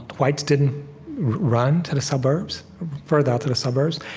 whites didn't run to the suburbs further out to the suburbs,